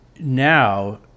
Now